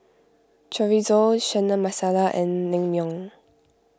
Chorizo Chana Masala and Naengmyeon